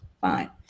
fine